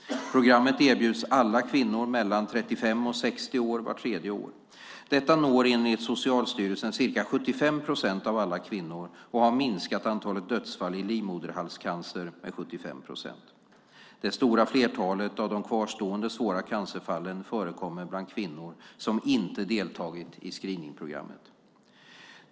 Programmet erbjuds alla kvinnor mellan 35 och 60 år, vart tredje år. Detta når, enligt Socialstyrelsen, ca 75 procent av alla kvinnor och har minskat antalet dödsfall i livmoderhalscancer med 75 procent. Det stora flertalet av de kvarstående svåra cancerfallen förekommer bland kvinnor som inte deltagit i screeningprogrammet.